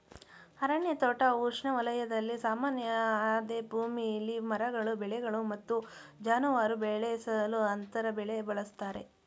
ಅರಣ್ಯ ತೋಟ ಉಷ್ಣವಲಯದಲ್ಲಿ ಸಾಮಾನ್ಯ ಅದೇ ಭೂಮಿಲಿ ಮರಗಳು ಬೆಳೆಗಳು ಮತ್ತು ಜಾನುವಾರು ಬೆಳೆಸಲು ಅಂತರ ಬೆಳೆ ಬಳಸ್ತರೆ